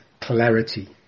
clarity